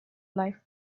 life